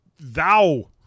thou